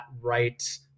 right